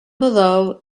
below